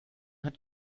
hat